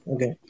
Okay